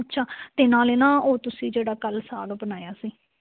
ਅੱਛਾ ਅਤੇ ਨਾਲੇ ਨਾ ਉਹ ਤੁਸੀਂ ਜਿਹੜਾ ਕੱਲ੍ਹ ਸਾਗ ਬਣਾਇਆ ਸੀ